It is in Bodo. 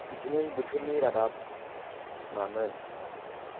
दिनै बोथोरनि रादाब मामोन